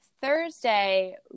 thursday